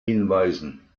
hinweisen